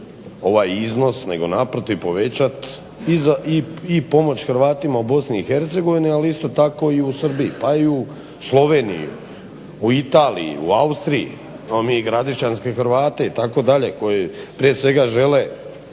ovaj iznos nego naprotiv povećat i pomoć Hrvatima u BiH ali isto tako i u Srbiji u Sloveniji, u Italiji, u Austriji, imamo bi i Gradišćanske Hrvate itd. koji prije svega žele